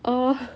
oh